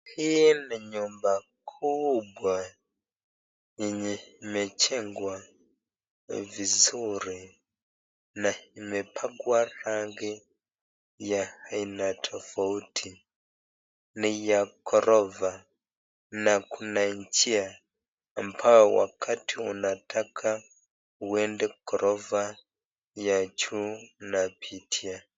Hii ni nyumba kubwa yenye imejengwa vizuri na imepakwa rangi ya aina tofauti. Ni ya gorofa na kuna njia ambao wakati unataka uende gorofa ya juu unapitia.